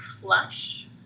flush